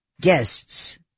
guests